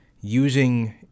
using